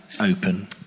open